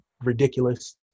ridiculous